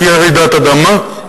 תהיה רעידת אדמה?